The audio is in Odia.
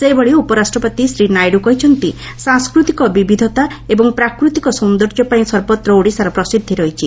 ସେହିଭଳି ଉପରାଷ୍ଟ୍ରପତି ଶ୍ରୀ ନାଇଡୁ କହିଛନ୍ତି ସାଂସ୍କୃତିକ ବିବିଧତା ଏବଂ ପ୍ରାକୃତିକ ସୌଦର୍ଯ୍ୟ ପାଇଁ ସର୍ବତ୍ର ଓଡ଼ିଶାର ପ୍ରସିଦ୍ଧି ରହିଛି